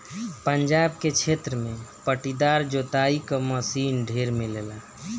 पंजाब के क्षेत्र में पट्टीदार जोताई क मशीन ढेर मिलेला